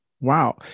Wow